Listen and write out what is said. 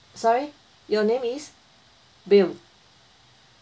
sorry your name is bill